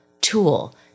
tool